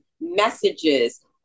messages